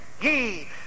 ye